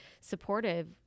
supportive